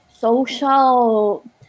social